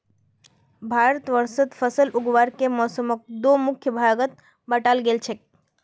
भारतवर्षत फसल उगावार के मौसमक दो मुख्य भागत बांटाल गेल छेक